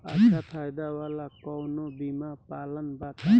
अच्छा फायदा वाला कवनो बीमा पलान बताईं?